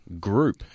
group